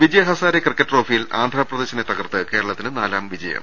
Vijay Hazare cricket ട്രോഫിയിൽ ആന്ധ്രപ്രദേശിനെ തകർത്ത് കേരളത്തിന് നാലാം ജയം